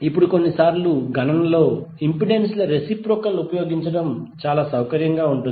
ఇప్పుడు కొన్నిసార్లు గణనలో ఇంపెడెన్స్ ల రెసిప్రొకల్ ఉపయోగించడం సౌకర్యంగా ఉంటుంది